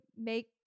make